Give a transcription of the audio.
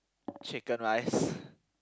chicken rice